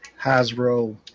Hasbro